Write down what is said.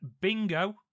Bingo